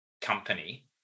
company